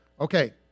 Okay